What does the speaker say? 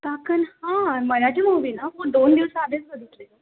काकण हा मराठी मूव्ही ना दोन दिवस आधीच बघितलेली